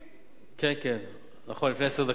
כן, כן, נכון, לפני עשר דקות.